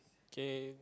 K